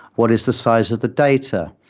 what is the size of the data?